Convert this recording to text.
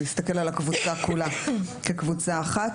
להסתכל על הקבוצה כולה כקבוצה אחת.